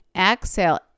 Exhale